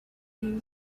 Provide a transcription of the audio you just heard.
you